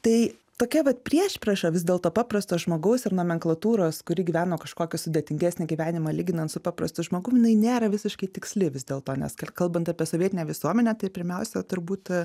tai tokia vat priešprieša vis dėlto paprasto žmogaus ir nomenklatūros kuri gyveno kažkokį sudėtingesnį gyvenimą lyginant su paprastu žmogum jinai nėra visiškai tiksli vis dėlto nes kalbant apie sovietinę visuomenę tai pirmiausia turbūt